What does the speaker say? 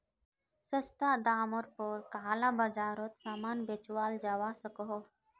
सस्ता डामर पोर काला बाजारोत सामान बेचाल जवा सकोह